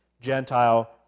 Gentile